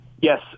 Yes